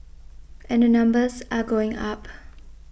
and the numbers are going up